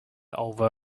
over